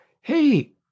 Hey